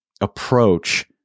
approach